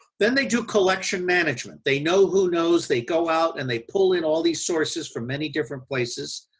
then they do collection management, they know who knows, they go out and they pull in all these sources from many different places,